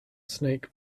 snake